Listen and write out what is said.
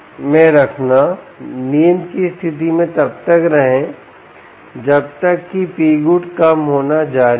में रखना नींद की स्थिति में तब तक रहें जब तक कि Pgood कम होना जारी है